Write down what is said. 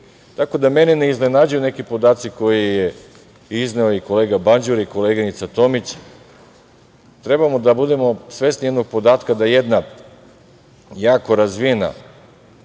Tako da mene ne iznenađuju neki podaci koje je izneo i kolega Banđur i koleginica Tomić. Treba da budemo svesni jednog podatka da jedna jako razvijena